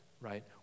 right